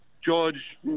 george